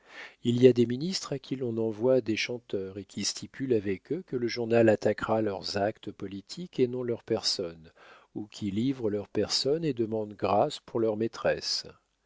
il y a des ministres à qui l'on envoie des chanteurs et qui stipulent avec eux que le journal attaquera leurs actes politiques et non leur personne ou qui livrent leur personne et demandent grâce pour leur maîtresse